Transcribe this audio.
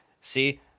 see